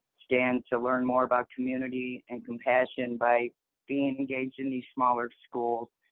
stand to learn more about community and compassion by being engaged in these smaller schools,